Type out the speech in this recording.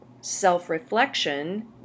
Self-reflection